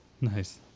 Nice